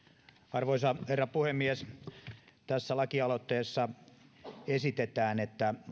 arvoisa herra puhemies tässä lakialoitteessa esitetään että